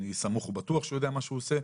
אני סמוך ובטוח שהוא יודע מה שהוא עושה,